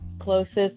closest